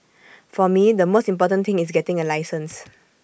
for me the most important thing is getting A license